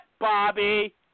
Bobby